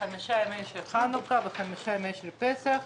לחמישה ימים בחנוכה וחמישה ימים בפסח.